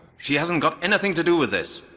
she hasn't got anything to do with this.